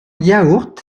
yaourt